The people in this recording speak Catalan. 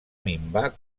minvar